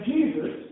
Jesus